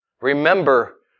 Remember